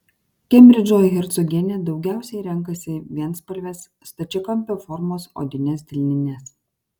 kembridžo hercogienė daugiausiai renkasi vienspalves stačiakampio formos odines delnines